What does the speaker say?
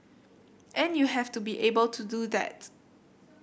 and you have to be able to do that